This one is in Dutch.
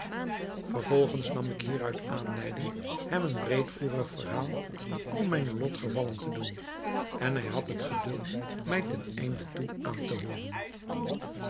vervolgens nam ik hieruit aanleiding hem een breedvoerig verhaal van al mijne lotgevallen te doen en hij had het geduld mij ten einde toe aan te hooren